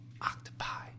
Octopi